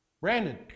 Brandon